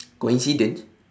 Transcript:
coincidence